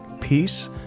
peace